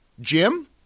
jim